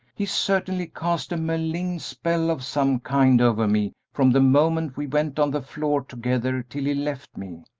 he certainly cast a malign spell of some kind over me from the moment we went on the floor together till he left me.